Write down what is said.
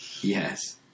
Yes